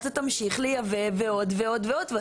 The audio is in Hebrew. אתה תמשיך לייבא ועוד ועוד ועוד,